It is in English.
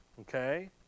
okay